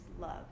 love